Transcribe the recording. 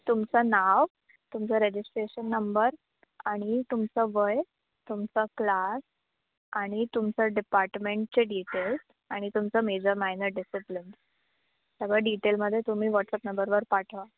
तुमचं नाव तुमचं रजिस्ट्रेशन नंबर आणि तुमचं वय तुमचा क्लास आणि तुमचं डिपार्टमेंटचे डिटेल्स आणि तुमचं मेजर मायनर डिसिप्लिन सगळं डिटेलमध्ये तुम्ही व्हॉट्सअप नंबरवर पाठवा